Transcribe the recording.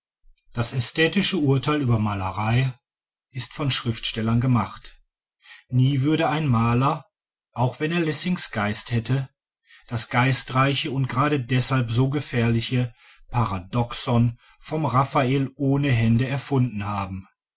das ästhetische urteil über malerei ist von schriftstellern gemacht nie würde ein maler auch wenn er lessings geist hätte das geistreiche und gerade deshalb so gefährliche paradoxon vom raffael ohne hände erfunden haben